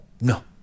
No